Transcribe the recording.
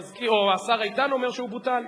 השר איתן אומר שהוא בוטל.